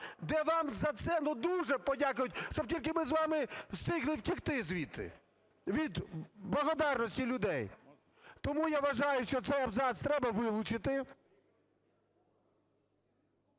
де вам за це ну дуже подякують, щоб тільки ми з вами встигли втекти звідти від благодарності людей. Тому я вважаю, що цей абзац треба вилучити.